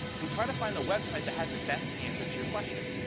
we try to find the website that has best answer to your question,